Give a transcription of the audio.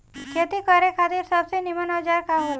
खेती करे खातिर सबसे नीमन औजार का हो ला?